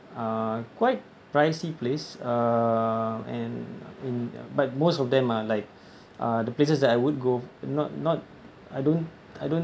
uh quite pricey place uh and in but most of them are like the places that I would go not not I don't I don't